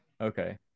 Okay